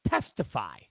testify